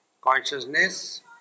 Consciousness